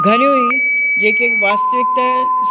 घणयूं ई जेके वास्तविकता